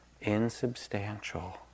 insubstantial